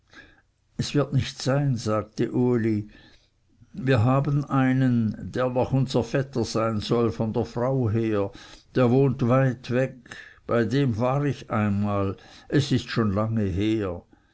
es wird nicht sein sagte uli wir haben einen der noch unser vetter sein soll von der frau her der wohnt weit weg bei dem war ich einmal es ist schon lange her